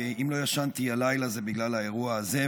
ואם לא ישנתי הלילה זה בגלל האירוע הזה,